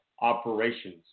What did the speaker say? operations